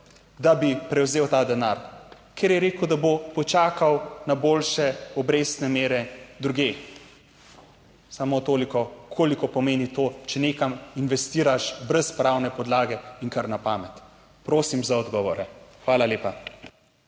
da bi prevzel ta denar, ker je rekel, da bo počakal na boljše obrestne mere drugje. Samo toliko, koliko pomeni to, če nekam investiraš brez pravne podlage in kar na pamet. Prosim za odgovore. Hvala lepa.